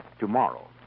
tomorrow